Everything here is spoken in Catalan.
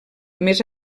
més